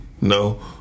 No